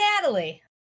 Natalie